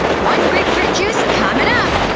one grapefruit juice comin' up!